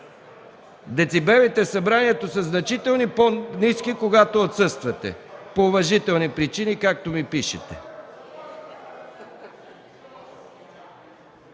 Децибелите в Събранието са значително по-ниски, когато отсъствате „по уважителни причини”, както ми пишете.